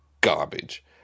garbage